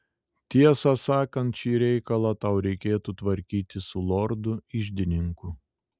tiesą sakant šį reikalą tau reikėtų tvarkyti su lordu iždininku